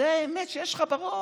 זו האמת שיש לך בראש,